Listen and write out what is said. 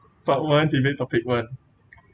part one debate topic one